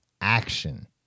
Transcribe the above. Action